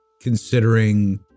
considering